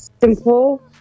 simple